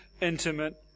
intimate